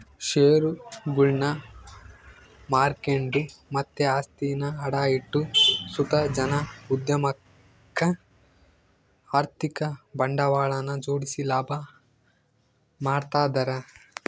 ಷೇರುಗುಳ್ನ ಮಾರ್ಕೆಂಡು ಮತ್ತೆ ಆಸ್ತಿನ ಅಡ ಇಟ್ಟು ಸುತ ಜನ ಉದ್ಯಮುಕ್ಕ ಆರ್ಥಿಕ ಬಂಡವಾಳನ ಜೋಡಿಸಿ ಲಾಭ ಮಾಡ್ತದರ